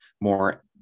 more